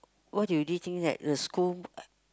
what do you think that the school